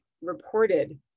reported